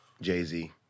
Jay-Z